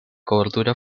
cobertura